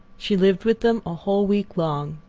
she lived with them a whole week long,